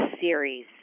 series